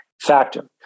factor